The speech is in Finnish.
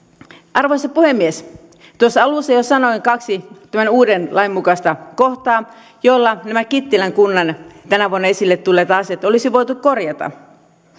arvoisa puhemies tuossa alussa jo sanoin kaksi tämän uuden lain mukaista kohtaa joilla nämä kittilän kunnan tänä vuonna esille tulleet asiat olisi voitu korjata